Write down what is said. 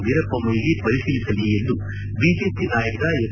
ವೀರಪ್ಪ ಮೊಯಿಲಿ ಪರಿಶೀಲಿಸಲಿ ಎಂದು ಬಿಜೆಪಿ ನಾಯಕ ಎಸ್